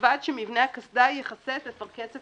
ובלבד שמבנה הקסדה יכסה את אפרכסת